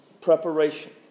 preparation